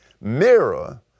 mirror